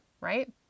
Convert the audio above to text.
right